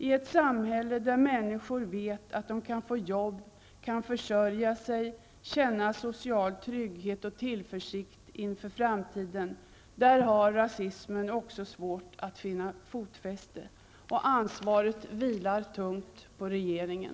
I ett samhälle där människor vet att de kan få jobb, kan försörja sig, känna social trygghet och tillförsikt inför framtiden, har rasismen svårt att finna fotfäste. Ansvaret vilar tungt på regeringen.